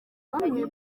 bamwe